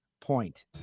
point